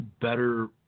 better